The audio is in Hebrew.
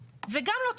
זה גם לא תקין.